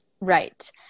Right